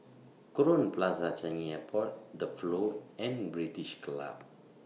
Crowne Plaza Changi Airport The Flow and British Club